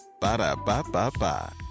Ba-da-ba-ba-ba